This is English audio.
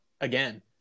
again